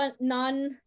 non